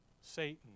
Satan